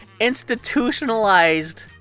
institutionalized